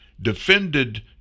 defended